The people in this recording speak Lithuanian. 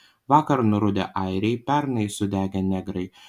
vakar nurudę airiai pernai sudegę negrai